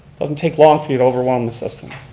doesn't take long for you to overwhelm the system.